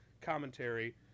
commentary